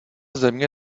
země